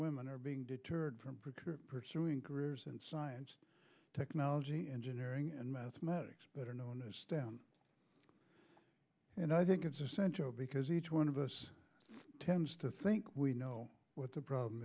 women are being deterred from pursuing careers in science technology engineering and mathematics better known as stem and i think it's essential because each one of us tends to think we know what the problem